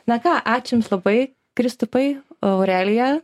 na ką ačiū jums labai kristupai aurelija